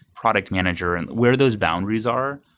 product manager, and where those boundaries are.